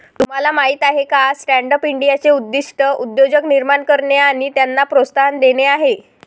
तुम्हाला माहीत आहे का स्टँडअप इंडियाचे उद्दिष्ट उद्योजक निर्माण करणे आणि त्यांना प्रोत्साहन देणे आहे